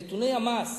שבנתוני המס,